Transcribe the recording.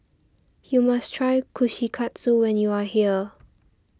you must try Kushikatsu when you are here